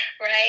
right